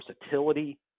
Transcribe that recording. versatility